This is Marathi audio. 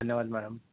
धन्यवाद मॅडम